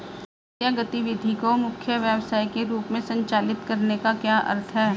वित्तीय गतिविधि को मुख्य व्यवसाय के रूप में संचालित करने का क्या अर्थ है?